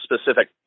specific